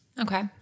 Okay